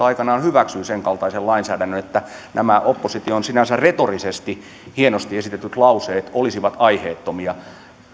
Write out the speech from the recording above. aikanaan hyväksyy senkaltaisen lainsäädännön että nämä opposition sinänsä retorisesti hienosti esitetyt lauseet olisivat aiheettomia